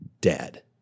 dead